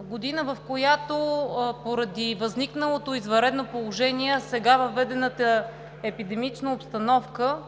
година, в която поради възникналото извънредно положение, в сега въведената епидемична обстановка,